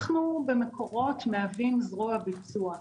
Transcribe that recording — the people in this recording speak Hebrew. אנחנו במקורות מהווים זרוע ביצוע.